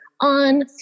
on